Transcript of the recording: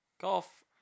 Golf